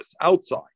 outside